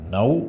Now